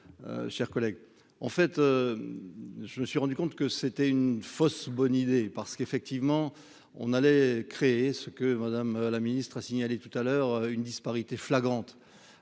en fait, je me suis rendu compte que c'était une fausse bonne idée parce qu'effectivement on allait créer ce que Madame la ministre a signalé tout à l'heure une disparité flagrante